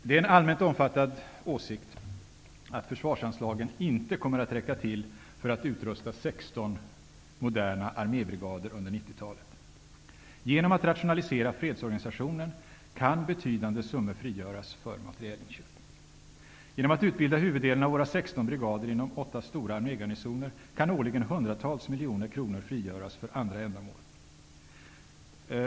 Det är en allmänt omfattad åsikt att försvarsanslagen inte kommer att räcka till för att utrusta 16 moderna armébrigader under 90-talet. Genom att rationalisera fredsorganisationen kan dock betydande summor frigöras för materielinköp. Genom att utbilda huvuddelen av våra 16 brigader inom åtta stora armégarnisoner kan årligen hundratals miljoner kronor frigöras för andra ändamål.